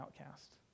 outcast